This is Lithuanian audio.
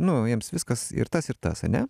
nu jiems viskas ir tas ir tas ane